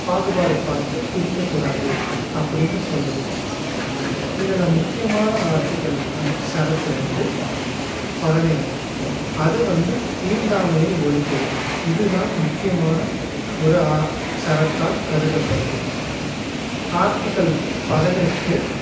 பாகுபாடு பார்த்து பிரிக்கக்கூடாது அப்படின்னு சொல்லுது இதில் முக்கியமான ஆர்ட்டிகள் வந் ஷரத்து வந்து பதினேழு அது வந்து தீண்டாமையை ஒழிக்குது இது தான் முக்கியமான ஒரு ஆ ஷரத்தா கருதப்படுது ஆர்ட்டிகள் பதினெட்டு